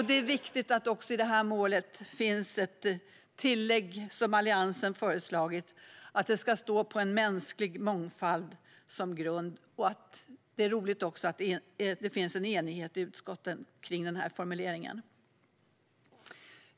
Det är viktigt att det i målet också finns ett tillägg som Alliansen har föreslagit om att det ska vara en mänsklig mångfald som grund. Det är också roligt att det finns en enighet i utskottet om formuleringen.